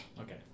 Okay